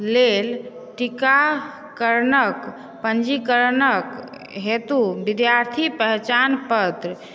के लेल टीकाकरणक पञ्जीकरण हेतु विद्यार्थी पहचान पत्र